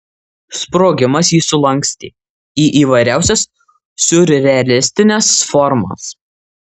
sprogimas jį sulankstė į įvairiausias siurrealistines formas